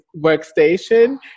workstation